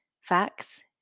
facts